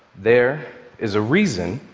there is a reason